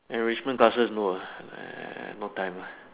enrichment classes no ah no time lah